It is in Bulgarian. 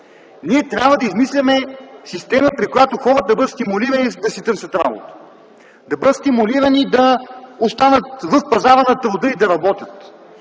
Ние трябва да измислим система, при която хората да бъдат стимулирани да си търсят работа. Да бъдат стимулирани да останат в пазара на труда и да работят.